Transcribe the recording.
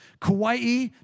Kauai